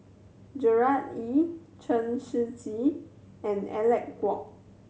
Gerard Ee Chen Shiji and Alec Kuok